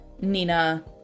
Nina